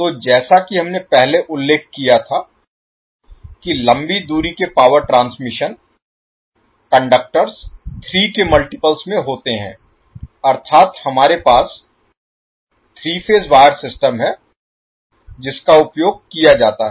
तो जैसा कि हमने पहले उल्लेख किया था कि लंबी दूरी के पावर ट्रांसमिशन कंडक्टरस 3 के मल्टीपल्स में होते हैं अर्थात हमारे पास 3 फेज 3 वायर सिस्टम है जिसका उपयोग किया जाता है